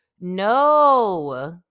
no